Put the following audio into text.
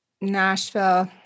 Nashville